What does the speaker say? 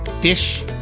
Fish